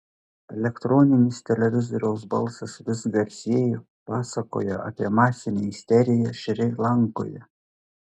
elektroninis televizoriaus balsas vis garsėjo pasakojo apie masinę isteriją šri lankoje